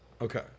Okay